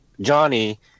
Johnny